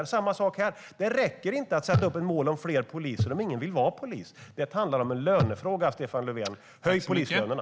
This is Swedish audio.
Det är samma sak här: Det räcker inte att sätta upp ett mål om fler poliser om ingen vill vara polis! Det handlar om en lönefråga, Stefan Löfven - höj polislönerna!